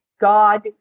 God